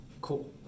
Cool